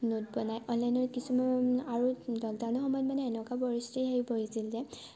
note বনায় অনলাইনত কিছুমান লকডাউনৰ সময়ত মানে এনেকুৱা পৰিস্থিতি আহি পৰিছিল যে